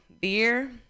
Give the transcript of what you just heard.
Beer